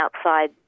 outside